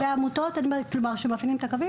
אם יש איזשהו גוף ועמותות שמפעילים את הקווים,